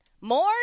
more